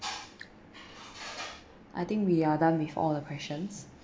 I think we are done with all the questions